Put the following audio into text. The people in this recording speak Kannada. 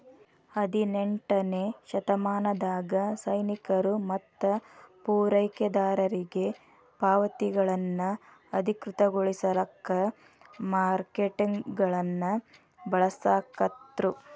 ಹದಿನೆಂಟನೇ ಶತಮಾನದಾಗ ಸೈನಿಕರು ಮತ್ತ ಪೂರೈಕೆದಾರರಿಗಿ ಪಾವತಿಗಳನ್ನ ಅಧಿಕೃತಗೊಳಸಾಕ ವಾರ್ರೆಂಟ್ಗಳನ್ನ ಬಳಸಾಕತ್ರು